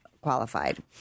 qualified